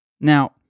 Now